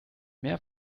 mehr